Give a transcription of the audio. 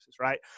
right